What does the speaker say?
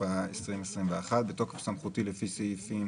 התשפ"א-2021 בתוקף סמכותי לפי סעיפים